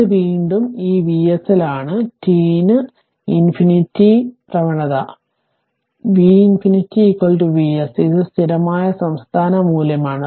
ഇത് വീണ്ടും ഈ Vs ൽ ആണ് t ന് ∞ at t പ്രവണത to V ∞ Vs ഇത് സ്ഥിരമായ സംസ്ഥാന മൂല്യമാണ്